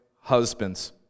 husbands